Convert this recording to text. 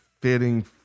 fitting